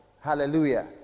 Hallelujah